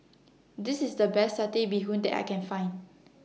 This IS The Best Satay Bee Hoon that I Can Find